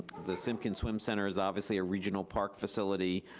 the simpkin swim center is obviously a regional park facility.